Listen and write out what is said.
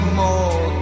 more